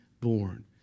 born